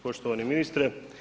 Poštovani ministre.